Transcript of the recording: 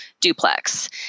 duplex